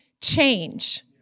change